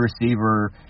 receiver